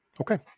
Okay